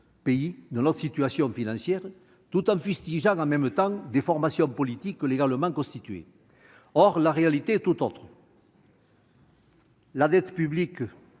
pays et de notre situation financière, tout en fustigeant dans le même temps des formations politiques légalement constituées. Or la réalité est tout autre : la dette publique